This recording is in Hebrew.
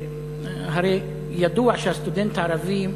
הרי ידוע שהסטודנט הערבי,